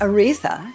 Aretha